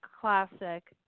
classic